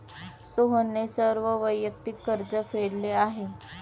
सोहनने सर्व वैयक्तिक कर्ज फेडले आहे